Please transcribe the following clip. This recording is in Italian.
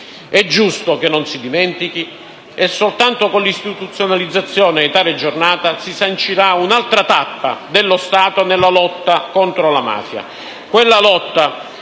È giusto che non si dimentichi, e soltanto con l'istituzionalizzazione di tale giornata si sancirà un'altra tappa dello Stato nella lotta contro la mafia.